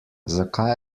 zakaj